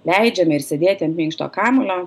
leidžiame ir sėdėti ant minkšto kamuolio